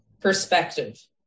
perspective